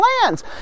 plans